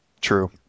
true